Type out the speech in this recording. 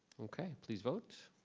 okay, please vote.